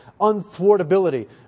unthwartability